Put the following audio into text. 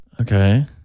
Okay